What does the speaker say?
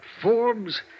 Forbes